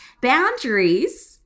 Boundaries